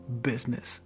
business